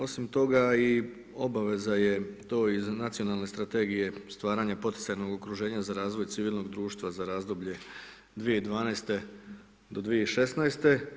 Osim toga i obaveza je to iz nacionalne strategije stvaranje potencijalno okruženja za razvoj civilnog društva, za razdoblje 2012.-2016.